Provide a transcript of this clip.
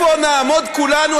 איפה נעמוד כולנו,